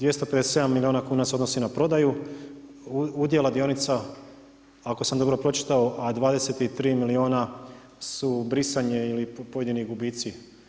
257 milijuna se odnosi na prodaju udjela dionica ako sam dobro pročitao, a 23 milijuna su brisanje ili pojedini gubici.